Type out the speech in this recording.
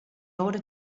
order